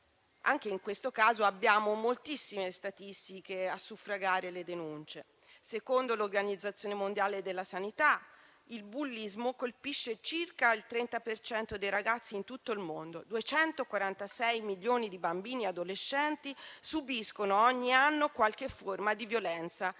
Anche in questo caso abbiamo moltissime statistiche a suffragare le denunce. Secondo l'Organizzazione mondiale della sanità, il bullismo colpisce circa il 30 per cento dei ragazzi in tutto il mondo: 246 milioni di bambini e adolescenti subiscono ogni anno qualche forma di violenza